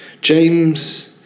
James